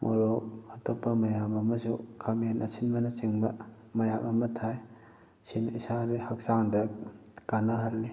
ꯃꯣꯔꯣꯛ ꯑꯇꯣꯞꯄ ꯃꯌꯥꯝ ꯑꯃꯁꯨ ꯈꯥꯃꯦꯟ ꯑꯁꯤꯟꯕꯅ ꯆꯤꯡꯕ ꯃꯌꯥꯝ ꯑꯃ ꯊꯥꯏ ꯁꯤꯅ ꯏꯁꯥꯗ ꯍꯛꯆꯥꯡꯗ ꯀꯥꯅꯍꯜꯂꯤ